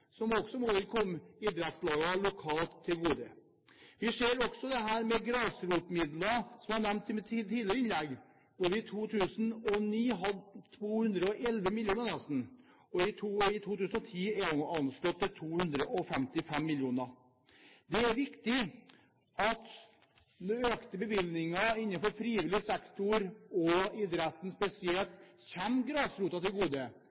som også vil komme idrettslag lokalt til gode. Når det gjelder grasrotmidler, som jeg nevnte i et tidligere innlegg, hadde vi i 2009 nesten 211 mill. kr. I 2010 er dette anslått til 255 mill. kr. Det er viktig at økte bevilgninger innenfor frivillig sektor og idretten spesielt kommer grasrota til gode.